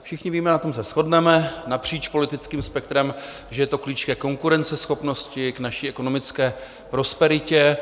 Všichni víme a na tom se shodneme napříč politickým spektrem že je to klíč ke konkurenceschopnosti, k naší ekonomické prosperitě.